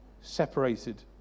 separated